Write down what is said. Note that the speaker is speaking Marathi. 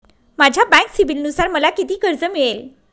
माझ्या बँक सिबिलनुसार मला किती कर्ज मिळेल?